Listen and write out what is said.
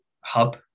hub